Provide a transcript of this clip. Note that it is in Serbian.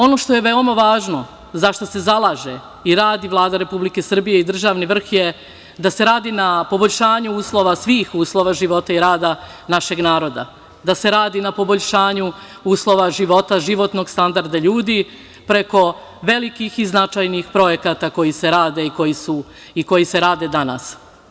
Ono što je veoma važno za šta se zalaže i radi Vlada Republike Srbije i državni vrh je da se radi na poboljšanju uslova svih uslova života i rada našeg naroda, da se radi na poboljšanju uslova života, životnog standarda ljudi preko velikih i značajnih projekata koji se rade i koji se rade danas.